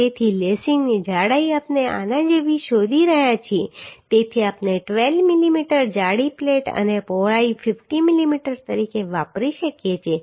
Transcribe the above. તેથી લેસિંગની જાડાઈ આપણે આના જેવી શોધી રહ્યા છીએ તેથી આપણે 12 મીમી જાડી પ્લેટ અને પહોળાઈ 50 મીમી તરીકે વાપરી શકીએ છીએ